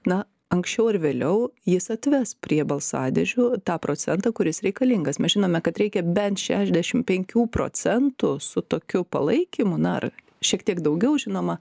na anksčiau ar vėliau jis atves prie balsadėžių tą procentą kuris reikalingas mes žinome kad reikia bent šešiasdešim penkių procentų su tokiu palaikymu na ir šiek tiek daugiau žinoma